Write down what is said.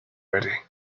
ready